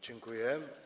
Dziękuję.